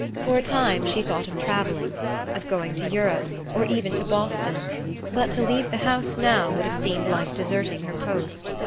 for a time she thought of travelling of going to europe, or even to boston but to leave the house now would have seemed like deserting her post.